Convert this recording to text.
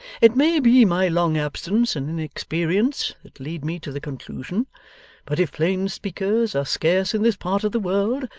it may be my long absence and inexperience that lead me to the conclusion but if plain speakers are scarce in this part of the world,